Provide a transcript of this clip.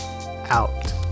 out